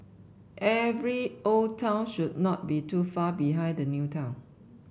every old town should not be too far behind the new town